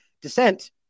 descent